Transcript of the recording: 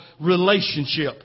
relationship